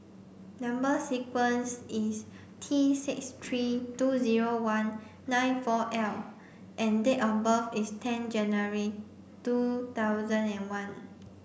number sequence is T six three two zero one nine four L and date of birth is ten January two thousand and one